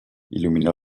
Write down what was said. ilumina